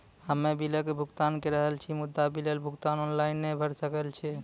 हम्मे बिलक भुगतान के रहल छी मुदा, बिलक भुगतान ऑनलाइन नै भऽ रहल छै?